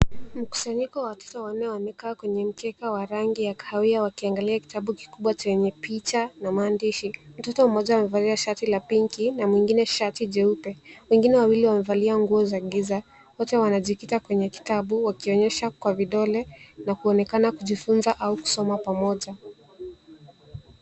Mkusanyiko wa watoto wanne wamekaa kwenye mkeka wa rangi ya kahawia wakiangalia kitabu kikubwa chenye picha na maandishi. Mtoto mmoja amevalia shati la pinki na mwingine shati jeupe, wengine wawili wamevalia nguo za giza. Wote wanajikita kwa kitabu wakionyesha kwa vidole na kuonekana kujifuza au kusoma pamoja.